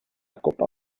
copa